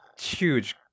huge